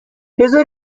بزار